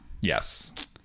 yes